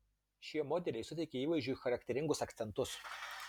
šie modeliai suteikia įvaizdžiui charakteringus akcentus